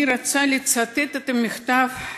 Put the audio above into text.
אני רוצה לצטט מכתב,